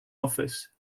office